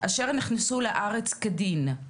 אשר נכנסו לארץ כדין,